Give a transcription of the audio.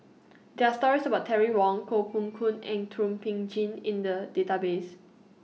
There Are stories about Terry Wong Koh Poh Koon and Thum Ping Tjin in The Database